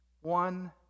one